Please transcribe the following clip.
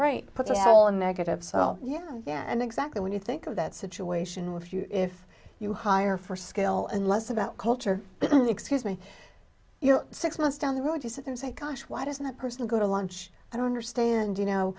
right put it all and negative so yeah and exactly when you think of that situation with you if you hire for skill and less about culture but excuse me you're six months down the road you sit and say gosh why does that person go to lunch i don't understand you know